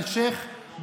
אלשיך,